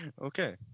Okay